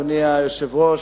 אדוני היושב-ראש,